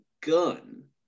gun